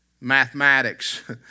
mathematics